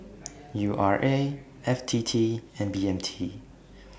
U R A F T T and B M T